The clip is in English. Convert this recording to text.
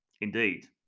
indeed